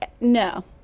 no